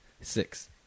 Six